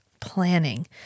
planning